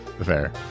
Fair